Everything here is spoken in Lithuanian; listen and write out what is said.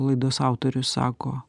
laidos autorius sako